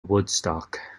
woodstock